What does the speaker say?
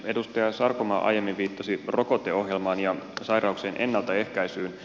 edustaja sarkomaa aiemmin viittasi rokoteohjelmaan ja sairauksien ennaltaehkäisyyn